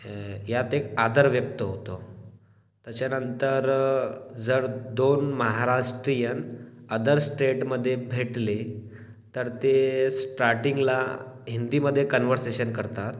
यात एक आदर व्यक्त होतो त्याच्यानंतर जर दोन महाराष्ट्रीयन अदर स्टेटमध्ये भेटले तर ते स्टार्टिंगला हिंदीमध्ये कन्वरसेशन करतात